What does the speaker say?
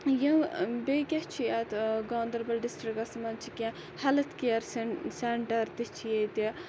یہِ بییٚہِ کیاہ چھُ یَتھ گاندَربَلَس ڈِسٹرکَس مَنٛز چھِ کینٛہہ ہیٚلتھ کِیَر سیٚنٹَر تہِ چھِ ییٚتہِ